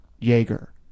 jaeger